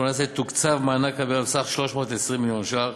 תוקצב מענק הבירה בסך 320 מיליון ש"ח,